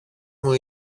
μου